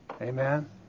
Amen